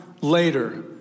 later